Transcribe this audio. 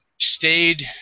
stayed